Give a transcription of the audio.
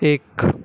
एक